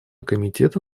комитета